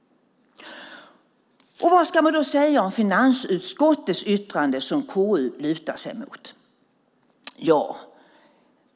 Och vad ska man då säga om finansutskottets yttrande, som KU lutar sig mot?